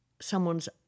someone's